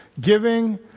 giving